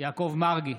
יעקב מרגי,